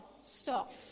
stopped